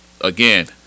Again